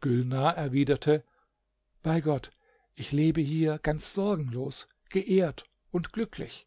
gülnar erwiderte bei gott ich lebe hier ganz sorgenlos geehrt und glücklich